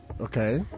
Okay